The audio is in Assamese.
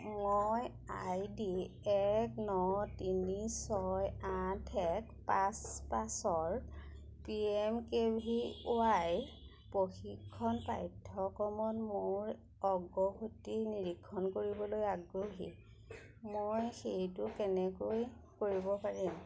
মই আই ডি এক ন তিনি ছয় আঠ এক পাঁচ পাঁচৰ P M K V Y প্ৰশিক্ষণ পাঠ্যক্ৰমত মোৰ অগ্ৰগতি নিৰীক্ষণ কৰিবলৈ আগ্ৰহী মই সেইটো কেনেকৈ কৰিব পাৰিম